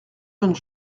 jeunes